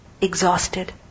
Exhausted